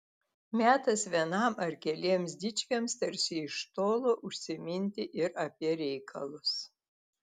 metas vienam ar keliems dičkiams tarsi iš tolo užsiminti ir apie reikalus